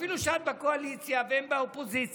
אפילו שאת בקואליציה והם באופוזיציה,